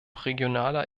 regionaler